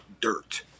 dirt